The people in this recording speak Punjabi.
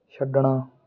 ਛੱਡਣਾ